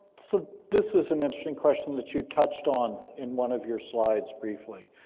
so this is an interesting question that you touched on, in one of your slides, briefly.